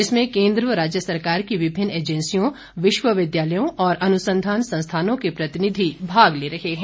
इसमें केन्द्र व राज्य सरकार की विभिन्न एजेंसियों विश्वविद्यालयों और अनुसंधान संस्थानों के प्रतिनिधि भाग ले रहे हैं